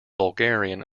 bulgarian